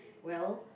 well